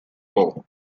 bow